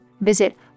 Visit